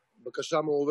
עד שהם עונים,